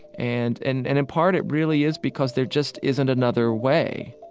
and and and in part it really is because there just isn't another way